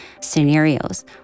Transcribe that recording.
scenarios